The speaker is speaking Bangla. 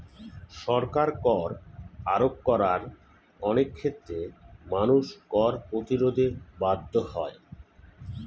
সরকার কর আরোপ করায় অনেক ক্ষেত্রে মানুষ কর প্রতিরোধে বাধ্য হয়